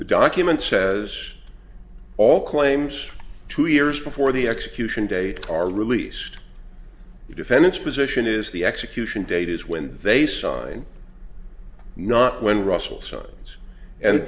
the document says all claims two years before the execution date are released the defendant's position is the execution date is when they sign not when russell signs and